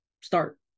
start